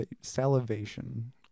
Salivation